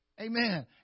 amen